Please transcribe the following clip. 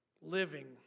living